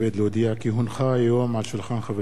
כי הונחה היום על שולחן הכנסת,